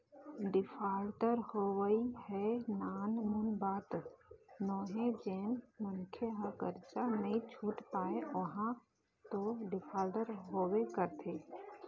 defaulter होवई ह नानमुन बात नोहय जेन मनखे ह करजा नइ छुट पाय ओहा तो डिफाल्टर होबे करथे